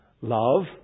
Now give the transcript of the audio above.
Love